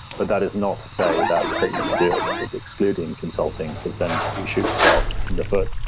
but that is not to say that that you can do it with excluding consulting, because then, you shoot itself in the foot,